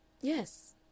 Yes